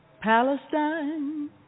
Palestine